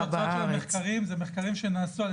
התוצאות של המחקרים הם מחקרים שנעשו על